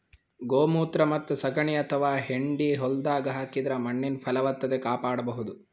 ಗೋಮೂತ್ರ ಮತ್ತ್ ಸಗಣಿ ಅಥವಾ ಹೆಂಡಿ ಹೊಲ್ದಾಗ ಹಾಕಿದ್ರ ಮಣ್ಣಿನ್ ಫಲವತ್ತತೆ ಕಾಪಾಡಬಹುದ್